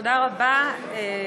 תודה רבה.